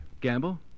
Gamble